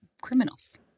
criminals